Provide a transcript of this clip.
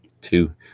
two